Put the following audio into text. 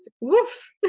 Woof